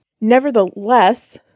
Nevertheless